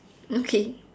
okay